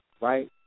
right